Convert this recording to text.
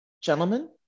gentlemen